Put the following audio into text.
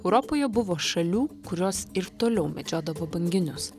europoje buvo šalių kurios ir toliau medžiodavo banginius